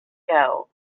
ago